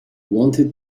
wanted